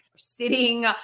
sitting